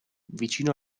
vicino